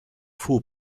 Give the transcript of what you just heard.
fool